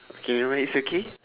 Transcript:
okay never mind it's okay